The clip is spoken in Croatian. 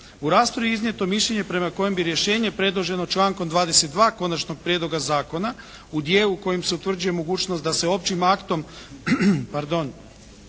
U raspravi je iznijeto mišljenje prema kojem bi rješenje predloženo člankom 22. Konačnog prijedloga zakona u dijelu u kojem se utvrđuje mogućnost da se općim aktom općinskog